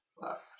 left